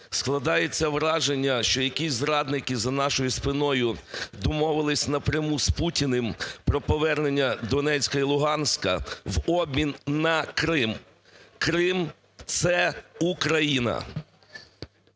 Складається враження, що якісь зрадники за нашою спиною домовились напряму з Путіним про повернення Донецька і Луганська в обмін на Крим. Крим – це Україна!